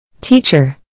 Teacher